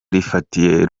rifatiye